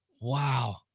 Wow